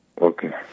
Okay